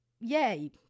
yay